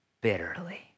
bitterly